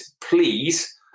please